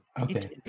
Okay